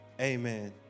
amen